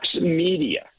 media